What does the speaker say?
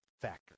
factor